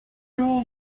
rule